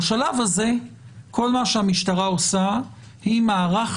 בשלב הזה כל מה שהמשטרה עושה זה "לארח"